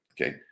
Okay